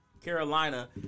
Carolina